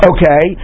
Okay